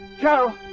Carol